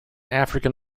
african